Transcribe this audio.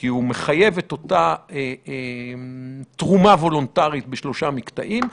כי הוא מחייב את אותה תרומה וולונטרית בשלושה מקטעים,